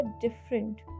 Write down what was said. different